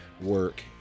work